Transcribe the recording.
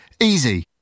Easy